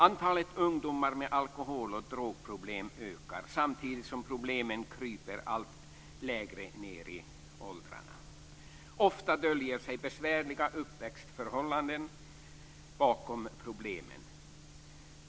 Antalet ungdomar med alkohol och drogproblem ökar, samtidigt som problemen kryper allt lägre ned i åldrarna. Ofta döljer sig besvärliga uppväxtförhållanden bakom problemen.